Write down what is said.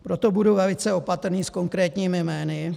Proto budu velice opatrný s konkrétními jmény.